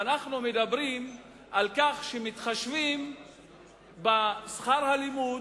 אנחנו מדברים על כך שמתחשבים בשכר הלימוד,